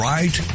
Right